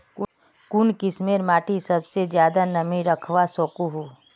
कुन किस्मेर माटी सबसे ज्यादा नमी रखवा सको हो?